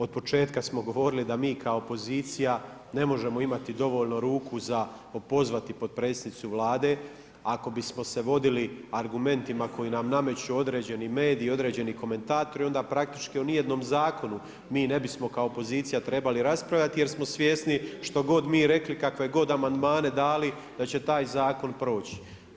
Od početka smo govorili da mi kao opozicija ne možemo imati dovoljno ruku za opozvati potpredsjednicu Vlade, ako bismo se vodili argumentima koji nam nameću određeni mediji i određeni komentatori, onda praktički o ni jednom zakonu mi ne bismo kao opozicija trebali raspravljati jer smo svjesno što god mi rekli, kakve god amandmane dali, da će taj Zakon proći.